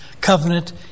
covenant